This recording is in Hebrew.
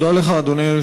אדוני.